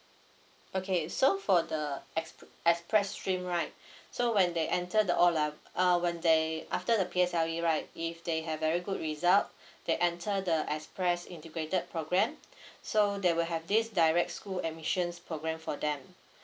okay so for the ex~ express stream right so when they enter the O le~ uh when they after the P_S_L_E right if they have very good result they enter the express integrated program so they will have this direct school admissions program for them